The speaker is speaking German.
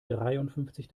dreiundfünfzig